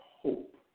hope